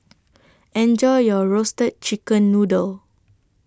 Enjoy your Roasted Chicken Noodle